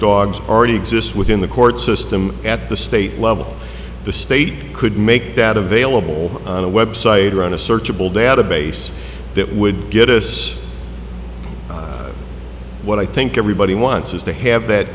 dogs already exist within the court system at the state level the state could make that available on a website or on a searchable database that would get this not what i think everybody wants is to have that